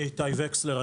אני איתי וקסלר,